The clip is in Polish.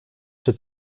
czy